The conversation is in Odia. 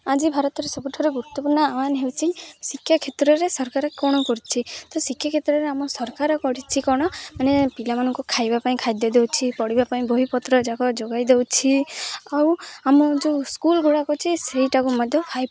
ଆଜି ଭାରତରେ ସବୁଠାରୁ ଗୁରୁତ୍ୱପୂର୍ଣ୍ଣ ଆହ୍ୱାନ ହେଉଛିି ଶିକ୍ଷା କ୍ଷେତ୍ରରେ ସରକାର କ'ଣ କରୁଛି ତ ଶିକ୍ଷା କ୍ଷେତ୍ରରେ ଆମ ସରକାର କରିଛି କ'ଣ ମାନେ ପିଲାମାନଙ୍କୁ ଖାଇବା ପାଇଁ ଖାଦ୍ୟ ଦେଉଛି ପଢ଼ିବା ପାଇଁ ବହିପତ୍ର ଯାକ ଯୋଗାଇ ଦେଉଛି ଆଉ ଆମ ଯୋଉ ସ୍କୁଲ୍ ଗୁଡ଼ାକ ଅଛି ସେଇଟାକୁ ମଧ୍ୟ ଫାଇଭ୍ ଟି